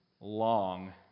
long